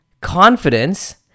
confidence